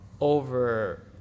over